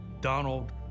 Donald